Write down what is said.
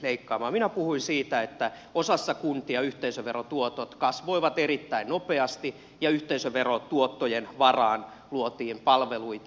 minä puhuin siitä että osassa kuntia yhteisöverotuotot kasvoivat erittäin nopeasti ja yhteisöverotuottojen varaan luotiin palveluita